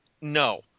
No